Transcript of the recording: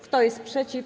Kto jest przeciw?